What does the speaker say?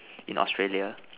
in Australia